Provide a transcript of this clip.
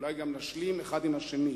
אולי גם נשלים אחד עם השני,